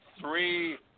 three